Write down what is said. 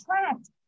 attract